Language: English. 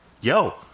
Yo